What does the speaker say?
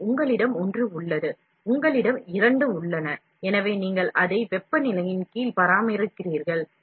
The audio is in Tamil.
எனவே உங்களிடம் ஒன்று உள்ளது உங்களிடம் இரண்டு உள்ளன எனவே நீங்கள் அதை வெப்பநிலையின் கீழ் பராமரிக்கிறீர்கள்